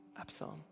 Absalom